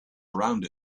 around